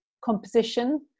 composition